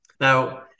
Now